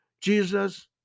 Jesus